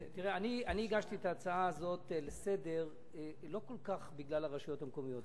הגשתי את ההצעה הזאת לסדר-היום לא כל כך בגלל הרשויות המקומיות.